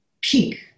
peak